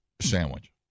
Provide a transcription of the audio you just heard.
sandwich